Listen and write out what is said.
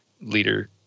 leader